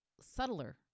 subtler